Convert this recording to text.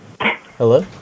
Hello